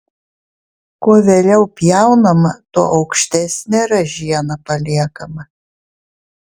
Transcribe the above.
kuo vėliau pjaunama tuo aukštesnė ražiena paliekama